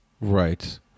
right